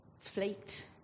flaked